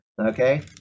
okay